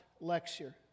lecture